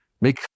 Make